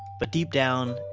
but, deep down,